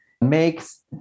makes